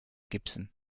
gibson